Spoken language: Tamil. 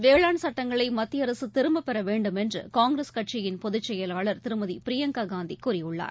வேளாண் சுட்டங்களை மத்திய அரசு திரும்பப் பெற வேண்டும் என்று காங்கிரஸ் கட்சியின் பொதுச் செயலாளர் திருமதி பிரியங்கா காந்தி கூறியுள்ளார்